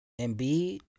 Embiid